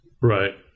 right